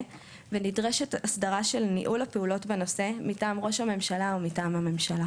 ונדרשת הסדרה של ניהול הפעולות בנושא מטעם ראש הממשלה ומטעם הממשלה.